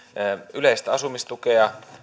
yleistä asumistukea